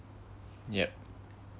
yup